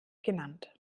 genannt